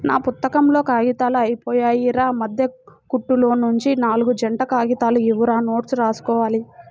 నా పుత్తకంలో కాగితాలు అయ్యిపొయ్యాయిరా, మద్దె కుట్టులోనుంచి నాల్గు జంట కాగితాలు ఇవ్వురా నోట్సు రాసుకోవాలి